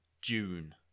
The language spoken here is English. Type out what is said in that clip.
June